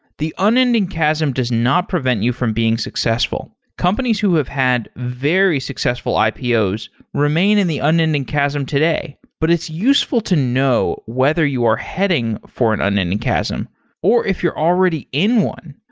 the unending chasm does not prevent you from being successful. companies who have had very successful ipos remain in the unending chasm today, but it's useful to know whether you are heading for an unending chasm or if you're already in one.